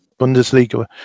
Bundesliga